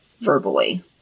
verbally